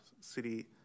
city